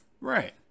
Right